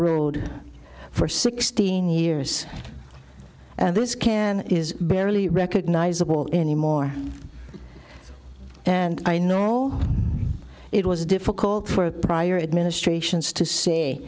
road for sixteen years and this can is barely recognizable anymore and i know all it was difficult for prior administrations to say